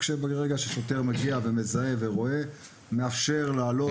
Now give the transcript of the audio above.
וברגע ששוטר מזהה סיטואציה כזו הוא יאפשר לעלות.